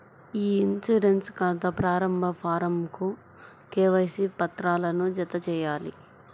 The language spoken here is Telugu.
ఇ ఇన్సూరెన్స్ ఖాతా ప్రారంభ ఫారమ్కు కేవైసీ పత్రాలను జతచేయాలి